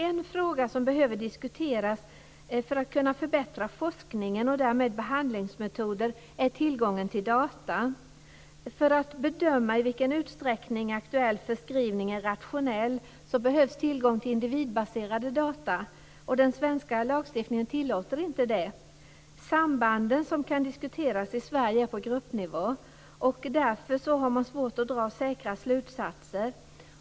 En fråga som behöver diskuteras för att vi ska kunna förbättra forskningen och därmed behandlingsmetoderna är tillgången till data. För att bedöma i vilken utsträckning aktuell förskrivning är rationell behövs tillgång till individbaserad data. Den svenska lagstiftningen tillåter inte det. Sambanden som kan diskuteras i Sverige är på gruppnivå. Därför har man svårt att dra säkra slutsatser.